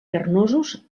carnosos